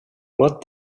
what